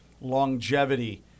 longevity